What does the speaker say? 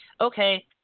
okay